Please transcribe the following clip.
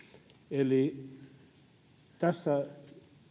eli tässä